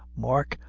mark,